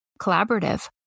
collaborative